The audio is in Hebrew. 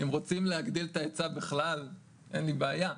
אם רוצים להגדיל את ההיצע בכלל אין לי בעיה,